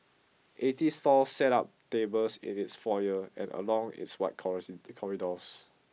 eighty stalls set up tables in its foyer and along its wide corridors